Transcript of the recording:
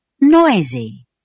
Noisy